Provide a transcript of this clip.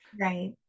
right